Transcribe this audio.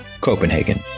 Copenhagen